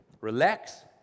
Relax